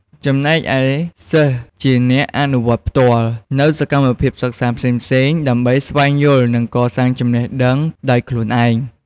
ចំណែកឯ សិស្សជាអ្នកអនុវត្តផ្ទាល់ នូវសកម្មភាពសិក្សាផ្សេងៗ ដើម្បីស្វែងយល់ និងកសាងចំណេះដឹងដោយខ្លួនឯង។